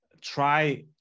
try